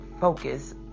focus